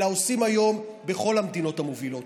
אלא עושים היום בכל המדינות המובילות.